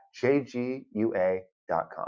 jgua.com